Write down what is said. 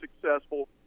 successful